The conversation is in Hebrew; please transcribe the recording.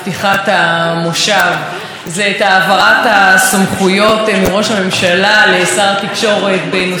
נושא שהוא נייר לקמוס למציאות העגומה שהממשלה הזאת מדרדרת אותנו אליה.